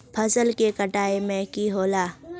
फसल के कटाई में की होला?